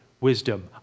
wisdom